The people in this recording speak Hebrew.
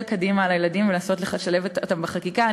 קדימה על הילדים ולנסות לשלב אותם בחקיקה.